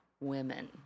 women